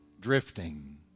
drifting